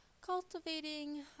cultivating